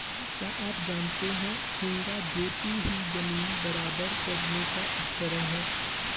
क्या आप जानते है हेंगा जोती हुई ज़मीन बराबर करने का उपकरण है?